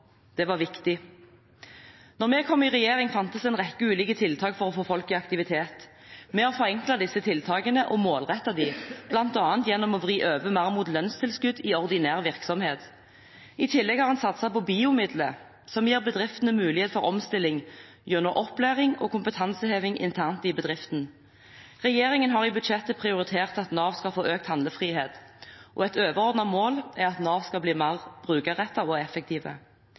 Det var viktig. Da vi kom i regjering, fantes det en rekke ulike tiltak for å få folk i aktivitet. Vi har forenklet disse tiltakene og målrettet dem, bl.a. gjennom å vri mer over mot lønnstilskudd i ordinær virksomhet. I tillegg har en satset på BIO-midler, som gir bedriftene mulighet for omstilling, gjennom opplæring og kompetanseheving internt i bedriften. Regjeringen har i budsjettet prioritert at Nav skal få økt handlefrihet. Et overordnet mål er at Nav skal bli mer brukerrettet og